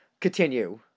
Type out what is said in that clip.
continue